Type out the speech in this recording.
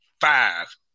five